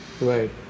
Right